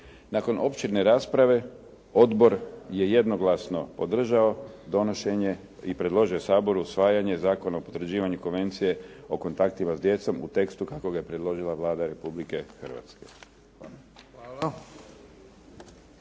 Nakon opširne rasprave odbor je jednoglasno podržao donošenje i predložio Saboru usvajanje Zakona o potvrđivanju Konvencije o kontaktima s djecom u tekstu kako ga je predložila Vlada Republike Hrvatske.